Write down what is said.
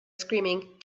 screaming